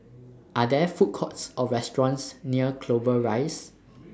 Are There Food Courts Or restaurants near Clover Rise